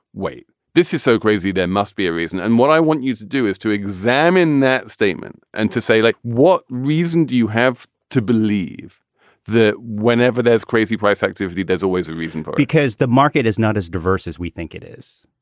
wait, this is so crazy, there must be a reason. and what i want you to do is to examine that statement and to say, like what reason do you have to believe that whenever there's crazy price activity, there's always a reason? but because the market is not as diverse as we think it is.